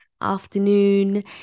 afternoon